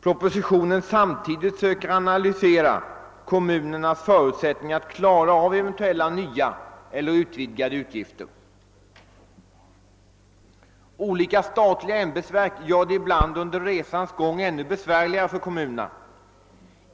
propositionen samtidigt söker analysera kommunernas förutsättningar att klara av eventuella nya eller ökade utgifter? Olika statliga ämbetsverk gör det ibland under resans gång ännu besvärligare för kommunerna.